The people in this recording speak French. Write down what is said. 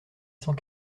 cent